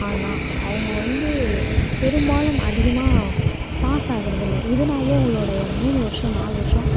ஆனால் அவங்க வந்து பெரும்பாலும் அதிகமாக பாஸாகிறது இல்லை இதனாலயே அவுங்களோடைய மூணு வர்ஷம் நாலு வர்ஷம்